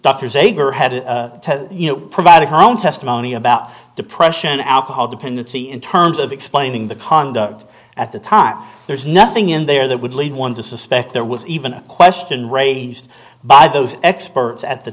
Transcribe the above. had provided her own testimony about depression alcohol dependency in terms of explaining the conduct at the time there's nothing in there that would lead one to suspect there was even a question raised by those experts at the